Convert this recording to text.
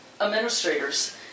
administrators